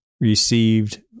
received